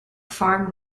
farm